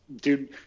dude